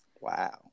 Wow